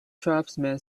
tribesman